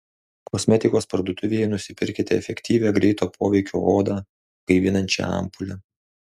kosmetikos parduotuvėje nusipirkite efektyvią greito poveikio odą gaivinančią ampulę